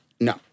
No